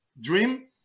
dream